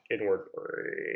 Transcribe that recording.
inward